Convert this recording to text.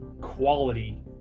quality